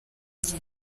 gihe